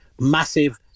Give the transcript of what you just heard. Massive